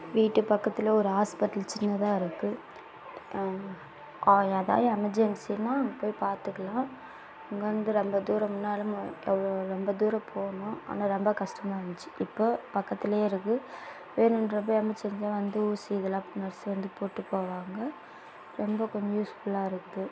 வீட்டுப் பக்கத்தில் ஒரு ஹாஸ்பிட்டல் சின்னதாக இருக்குது ஏதா எமெர்ஜென்சின்னால் அங்கே போய் பார்த்துக்கலாம் இங்கே வந்து ரொம்ப தூரம் முன்னாலுமு எவ்வளோ ரொம்ப தூரம் போகணும் ஆனால் ரொம்ப கஷ்டமாக இருந்துச்சு இப்போது பக்கத்திலையே இருக்குது வேணுன்கிறப்ப எமெர்ஜென்சின்னால் வந்து ஊசி இதெல்லாம் நர்ஸ்ஸு வந்து போட்டு போவாங்க ரொம்ப கொஞ்ச யூஸ்ஃபுல்லாக இருக்குது